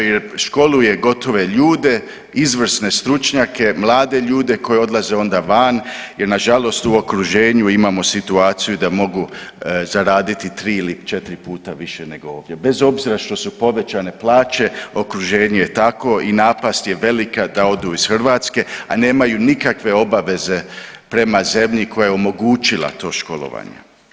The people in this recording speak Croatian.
Jer školuje gotove ljude, izvrsne stručnjake, mlade ljude koji odlaze onda van jer na žalost u okruženju imamo situaciju da mogu zaraditi tri ili četiri puta više nego ovdje bez obzira što su povećane plaće okruženje je takvo i napast je velika da odu iz Hrvatske, a nemaju nikakve obaveze prema zemlji koja je omogućila to školovanje.